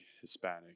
hispanic